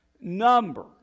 number